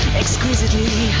exquisitely